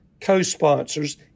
co-sponsors